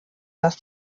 dass